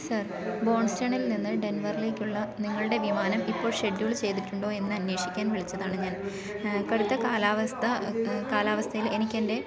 sir ബോൺസ്റ്റണിൽ നിന്ന് ഡെൻവറിലേയ്ക്കുള്ള നിങ്ങളുടെ വിമാനം ഇപ്പോൾ ഷെഡ്യൂള് ചെയ്തിട്ടുണ്ടോ എന്ന് അന്വേഷിക്കാൻ വിളിച്ചതാണ് ഞാൻ കടുത്ത കാലാവസ്ഥ കാലാവസ്ഥയില് എനിക്കെൻ്റെ